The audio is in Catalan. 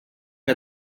que